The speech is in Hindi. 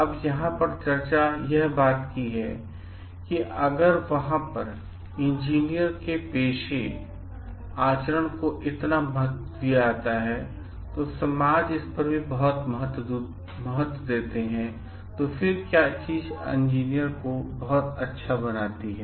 अब यहाँ पर चर्चा की बात यह है अगर वहाँ पर इंजीनियरों के पेशेवर आचरण को इतना महत्व दिया जाता है और समाज इस पर बहुत महत्व देते हैं फिर क्या एक इंजीनियर को अच्छा बनाता है